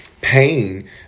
Pain